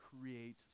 create